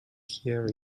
hear